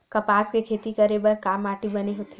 कपास के खेती करे बर का माटी बने होथे?